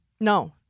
No